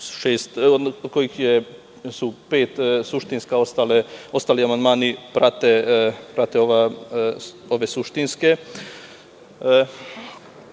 kojih su pet suštinski, a ostali amandmani prate ove suštinske. Ono